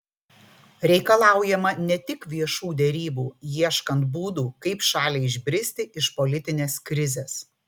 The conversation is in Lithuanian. reikalaujama ne tik viešų derybų ieškant būdų kaip šaliai išbristi iš politinės krizės